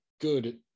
good